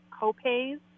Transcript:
copays